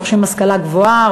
רוכשים השכלה גבוהה,